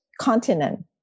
continent